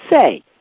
say